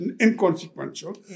inconsequential